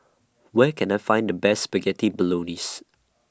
Where Can I Find The Best Spaghetti Bolognese